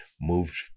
moved